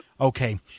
Okay